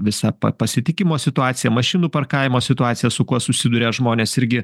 visą pa pasitikimo situaciją mašinų parkavimo situaciją su kuo susiduria žmonės irgi